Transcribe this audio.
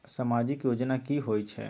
समाजिक योजना की होई छई?